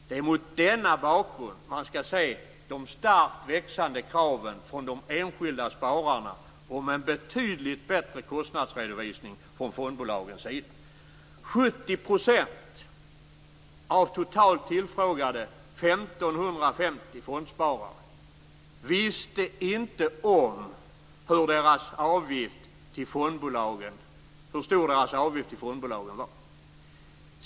Det är mot denna bakgrund man skall se de starkt växande kraven från de enskilda spararna om en betydligt bättre kostnadsredovisning från fondbolagens sida. 70 % av de tillfrågade totalt 1 550 fondspararna visste inte om hur stor deras avgift till fondbolagen var.